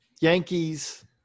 Yankees